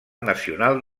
nacional